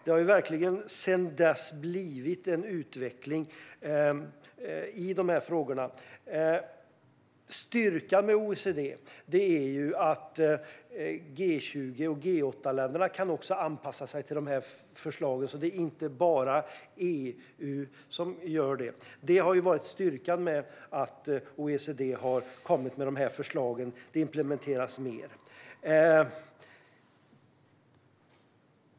Det har verkligen blivit en utveckling i dessa frågor sedan dess. Styrkan med OECD är att G20 och G8-länderna också kan anpassa sig till dessa förslag. Det är inte bara EU som gör det. Detta har varit styrkan med att OECD har kommit med förslagen. De implementeras mer.